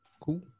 Cool